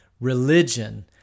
religion